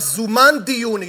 אז זומן דיון.